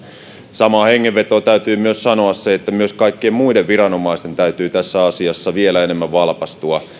samaan hengenvetoon täytyy sanoa se että myös kaikkien muiden viranomaisten täytyy tässä asiassa vielä enemmän valpastua